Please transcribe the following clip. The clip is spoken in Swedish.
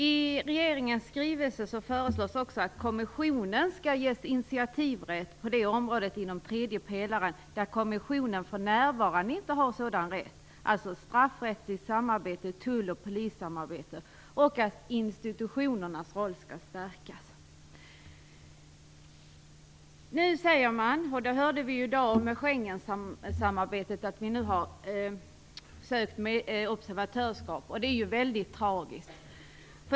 I regeringens skrivelse föreslås också att kommissionen skall ges initiativrätt på det området inom tredje pelaren där kommissionen för närvarande inte har sådan rätt. Det gäller alltså straffrättsligt samarbete samt tull och polissamarbete. Institutionernas roll skall också stärkas. Vi har nu sökt observatörsskap när det gäller Schengensamarbetet, och det är ju väldigt tragiskt.